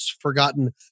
forgotten